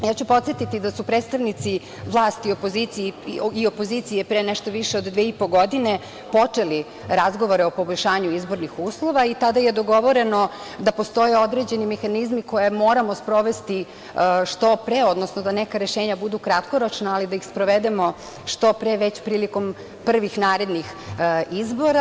Podsetiću da su predstavnici vlasti i opozicije pre nešto više od dve i po godine počeli razgovore o poboljšanju izbornih uslova i tada je dogovoreno da postoje određeni mehanizmi koje moramo sprovesti što pre, odnosno da neka rešenja budu kratkoročna, ali da ih sprovedemo što pre, već prilikom prvih narednih izbora.